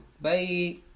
Bye